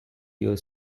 your